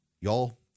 Y'all